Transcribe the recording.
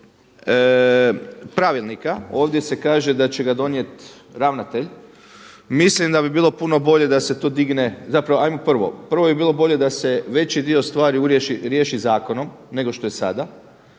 pravilnika. Ovdje se kaže da će ga donijeti ravnatelj. Mislim da bi bilo puno bolje da se to digne, zapravo hajmo prvo. Prvo bi bilo bolje da se veći dio stvari riješi zakonom nego što je sada,